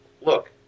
look